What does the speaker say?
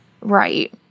right